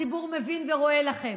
הציבור מבין ורואה לכם.